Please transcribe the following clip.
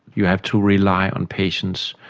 you have to rely on patients,